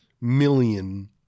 million